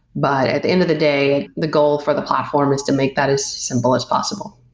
but at the end of the day, the goal for the platform is to make that as simple as possible.